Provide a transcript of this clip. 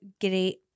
great